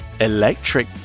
electric